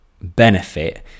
benefit